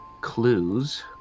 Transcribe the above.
clues